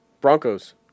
Bronco's